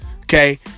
Okay